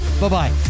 Bye-bye